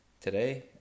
today